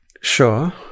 Sure